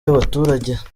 y’abaturage